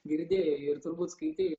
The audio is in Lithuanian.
girdėjai ir turbūt skaitei